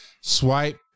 swipe